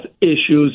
issues